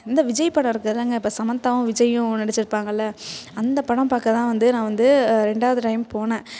இந்த விஜய் படம் இருக்குதுல்லங்க இப்போ சமந்த்தாவும் விஜயும் நடித்திருப்பாங்கள்ல அந்த படம் பார்க்கதான் வந்து நான் வந்து ரெண்டாவது டைம் போனேன்